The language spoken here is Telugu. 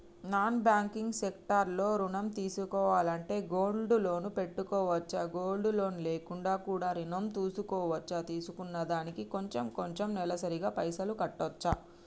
నాన్ బ్యాంకింగ్ సెక్టార్ లో ఋణం తీసుకోవాలంటే గోల్డ్ లోన్ పెట్టుకోవచ్చా? గోల్డ్ లోన్ లేకుండా కూడా ఋణం తీసుకోవచ్చా? తీసుకున్న దానికి కొంచెం కొంచెం నెలసరి గా పైసలు కట్టొచ్చా?